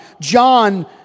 John